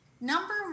number